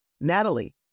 Natalie